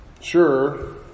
Sure